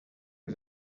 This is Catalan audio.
que